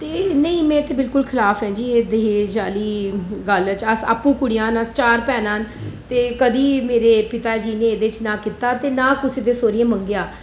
ते नेईं में ते बिल्कुल खिलाफ आं जी एह् दाज आह्ली गल्ल च अस आपूं कुड़ियां अस चार भैना न ते कदें मेरे पिता जी ने एह्दे च नां कीता ते नां कुसै दे सौहरियें मंगेआ